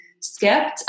skipped